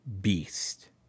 beast